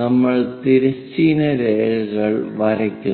നമ്മൾ തിരശ്ചീന രേഖകൾ വരയ്ക്കുന്നു